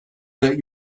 that